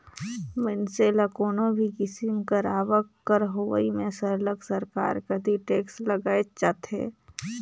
मइनसे ल कोनो भी किसिम कर आवक कर होवई में सरलग सरकार कती टेक्स लगाएच जाथे